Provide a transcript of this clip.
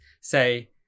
say